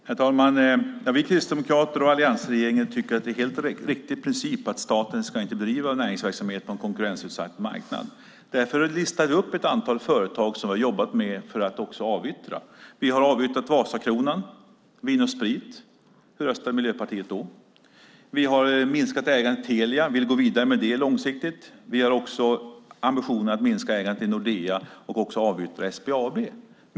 Herr talman! Vi kristdemokrater och alliansregeringen tycker att det är en helt riktig princip att staten inte ska bedriva näringsverksamhet på en konkurrensutsatt marknad. Därför listade jag upp ett antal företag som vi har jobbat med för att avyttra. Vi har avyttrat Vasakronan och Vin & Sprit. Hur röstade Miljöpartiet då? Vi har minskat ägandet i Telia och vill långsiktigt gå vidare med det. Vi har även ambitionen att minska ägandet i Nordea samt avyttra SBAB.